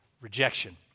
rejection